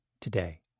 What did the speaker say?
today